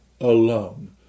alone